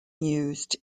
used